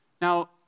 Now